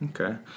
Okay